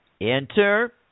Enter